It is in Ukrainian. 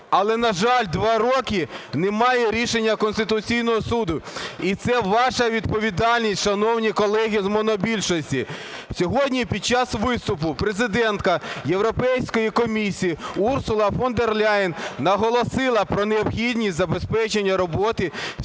Але, на жаль, два роки немає рішення Конституційного Суду, і це ваша відповідальність, шановні колеги з монобільшості. Сьогодні під час виступу президентка Європейської комісії Урсула фон дер Ляєн наголосила про необхідність забезпечення роботи